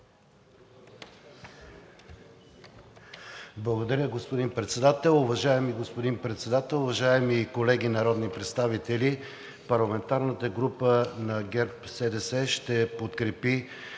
Уважаеми господин Председател, уважаеми колеги народни представители! Парламентарната група на ГЕРБ-СДС ще подкрепи